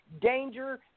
danger